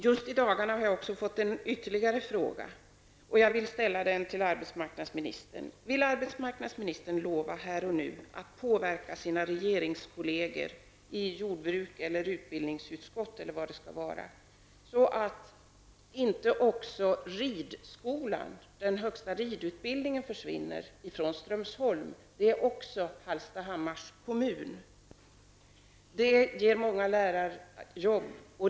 Just i dagarna har jag fått en ytterligare fråga, och jag vill ställa den till arbetsmarknadsministern: Vill arbetsmarknadsministern lova här och nu att påverka sina regeringskolleger -- kollegerna i jordbruks eller utbildningsdepartementet, eller vilka som nu blir aktuella, så att inte också ridskolan, och därmed den högsta ridutbildningen försvinner från Strömsholm? Detta hör också till Hallstahammars kommun. Skolan ger många lärarjobb.